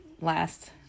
last